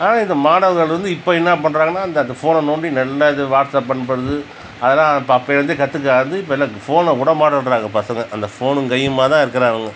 ஆனால் இந்த மாணவர்கள் வந்து இப்போ என்ன பண்ணுறாங்கனா அந்த ஃபோனை நோன்டி நல்லா இது வாட்ஸ்அப் அனுப்புறது அதெலாம் அப்பேலயிருந்து கற்றுக்காது இப்போ எல்லாம் ஃபோனை விடமாட்டேன்றாங்க பசங்க அந்த ஃபோனும் கையுமாகதான் இருக்கிறாங்க